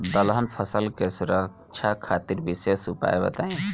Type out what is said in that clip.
दलहन फसल के सुरक्षा खातिर विशेष उपाय बताई?